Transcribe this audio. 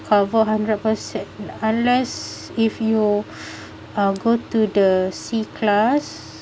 cover hundred percent unless if you uh go to the c class